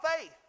faith